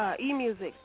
E-Music